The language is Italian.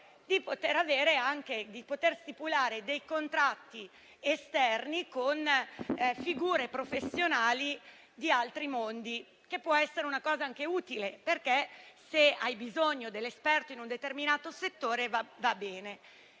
di stipulare dei contratti esterni con figure professionali di altri mondi, che può essere una cosa anche utile: se hai bisogno dell'esperto in un determinato settore, va bene.